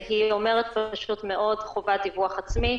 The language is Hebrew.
היא אומרת פשוט מאוד: חובת דיווח עצמי,